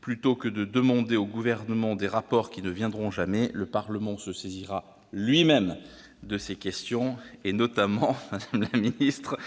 plutôt que de demander au Gouvernement des rapports qui ne viendront jamais, le Parlement se saisira lui-même de ces questions, notamment de celle